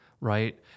right